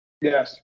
Yes